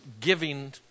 giving